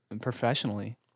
professionally